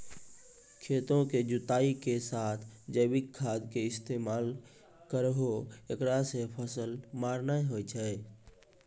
खेतों के जुताई के साथ जैविक खाद के इस्तेमाल करहो ऐकरा से फसल मार नैय होय छै?